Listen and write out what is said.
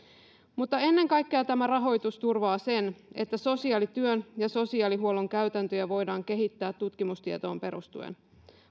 mutta ennen kaikkea tämä rahoitus turvaa sen että sosiaalityön ja sosiaalihuollon käytäntöjä voidaan kehittää tutkimustietoon perustuen